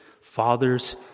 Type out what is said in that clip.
Fathers